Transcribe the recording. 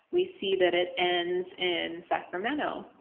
we see that it ends in sacramento.